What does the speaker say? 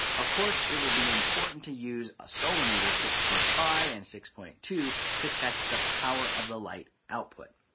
of course it will be important to use a solarmeter six point five and six point two to test the power of the light output.